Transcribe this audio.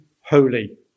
holy